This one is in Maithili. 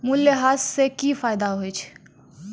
मूल्यह्रास से कि फायदा होय छै?